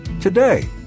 today